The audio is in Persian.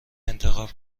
انتخاب